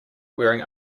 wearing